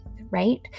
right